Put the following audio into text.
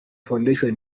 foundation